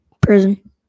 Prison